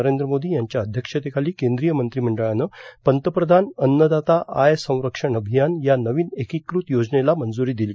नरेंद्र मोदी यांच्या अध्यक्षतेखाली केंद्रीय मंत्रिमंडळानं पंतप्रधान अन्नदाता आय संरक्षण अभियान या नवीन एकीकृत योजनेला मंजुरी दिली